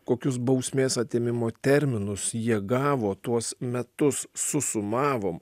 kokius bausmės atėmimo terminus jie gavo tuos metus susumavom